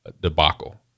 debacle